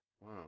Wow